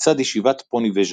לצד ישיבת פוניבז'.